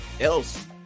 else